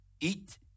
eat